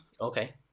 Okay